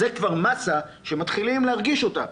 וזאת כבר מסה שמתחילים להרגיש אותה,